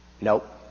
Nope